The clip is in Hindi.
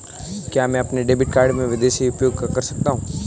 क्या मैं अपने डेबिट कार्ड को विदेश में भी उपयोग कर सकता हूं?